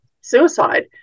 suicide